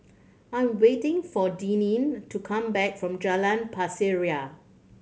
I'm waiting for Deneen to come back from Jalan Pasir Ria